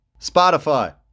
Spotify